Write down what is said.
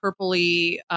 purpley